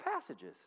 passages